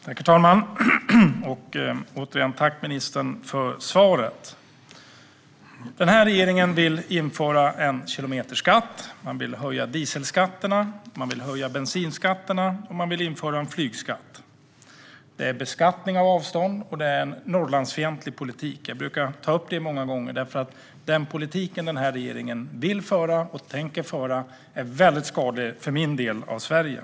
Herr talman! Jag tackar ministern för svaret. Den här regeringen vill införa en kilometerskatt. Man vill höja dieselskatterna. Man vill höja bensinskatterna. Man vill också införa en flygskatt. Det är beskattning av avstånd, och det är en Norrlandsfientlig politik. Jag brukar ta upp det många gånger, för den politik den här regeringen vill föra och tänker föra är väldigt skadlig för min del av Sverige.